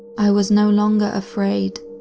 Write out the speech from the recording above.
i was no longer afraid,